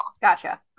gotcha